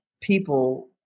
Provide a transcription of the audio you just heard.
people